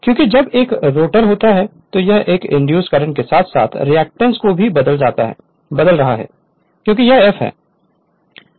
क्योंकि जब एक रोटर रोटेट होता है तो यह एक इंड्यूस्ड emf करंट के साथ साथ रिएक्टेंस को भी बदल रहा है क्योंकि यह F है